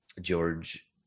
George